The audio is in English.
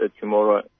tomorrow